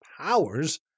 powers